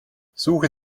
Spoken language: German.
suche